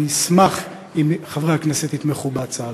אני אשמח אם חברי הכנסת יתמכו בהצעה.